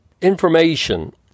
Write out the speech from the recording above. information